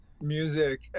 music